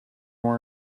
were